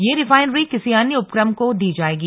यह रिफाइनरी किसी अन्य उपक्रम को दी जाएगी